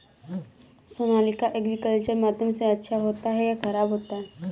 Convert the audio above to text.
Sonalika agriculture माध्यम से अच्छा होता है या ख़राब होता है?